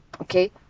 Okay